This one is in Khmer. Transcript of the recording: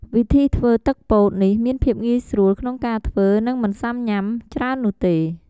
វិធីធ្វើទឹកពោត នេះមានភាពងាយស្រួលក្នុងការធ្វើ និងមិនសាំញ៉ាំច្រើននោះទេ។